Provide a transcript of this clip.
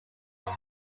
from